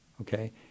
okay